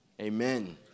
Amen